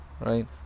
right